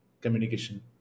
communication